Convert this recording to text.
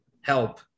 help